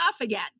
again